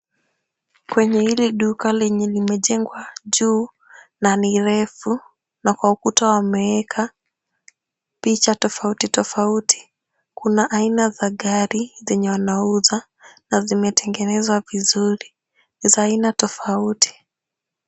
Kwenye hili duka lenye limejengwa juu na ni refu na kwa ukuta wameweka picha tofauti tofauti. Kuna aina za gari zenye wanauza na zimetengenezwa vizuri. Ni za aina tofauti.